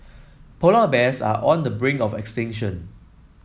polar bears are on the brink of extinction